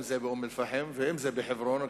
אם זה באום-אל-פחם ואם זה בחברון.